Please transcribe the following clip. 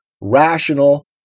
rational